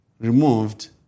removed